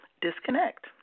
Disconnect